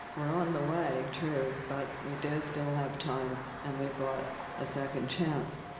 we're on the way. true. but we do still have time, and we've got a second chance.